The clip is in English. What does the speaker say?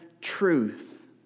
truth